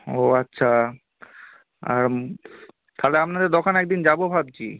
ও আচ্ছা আর তাহলে আপনাদের দোকানে একদিন যাব ভাবছি